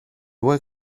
vuoi